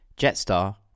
Jetstar